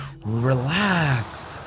Relax